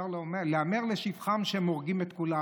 ייאמר לשבחם שהם הורגים את כולם,